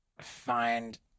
find